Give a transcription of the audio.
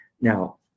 now